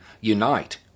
unite